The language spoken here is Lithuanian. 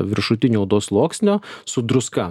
viršutinio odos sluoksnio su druska